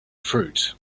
fruit